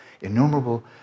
Innumerable